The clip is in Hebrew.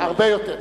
הרבה יותר.